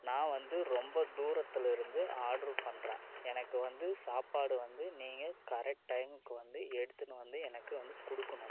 நான் வந்து ரொம்ப தூரத்துலருந்து ஆர்ட்ரு பண்ணுறன் எனக்கு வந்து சாப்பாடு வந்து நீங்கள் கரெக்ட் டைம்க்கு வந்து எடுத்துன்னு வந்து எனக்கு வந்து கொடுக்குணும்